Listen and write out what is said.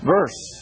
Verse